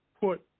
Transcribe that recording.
put